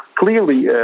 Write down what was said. clearly